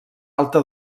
alta